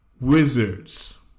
wizards